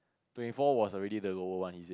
twenty four was already the lower one he said